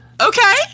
okay